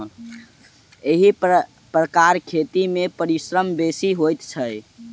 एहि प्रकारक खेती मे परिश्रम बेसी होइत छै